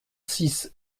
six